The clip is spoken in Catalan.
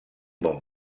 bon